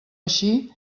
així